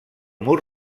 mur